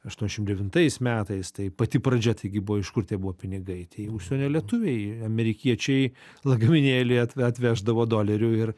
aštuoniasdešimt devintais metais tai pati pradžia taigi buvo iš kur tie buvo pinigai tie užsienio lietuviai amerikiečiai lagaminėlyje at atveždavo dolerių ir